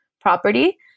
property